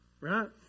Right